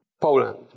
Poland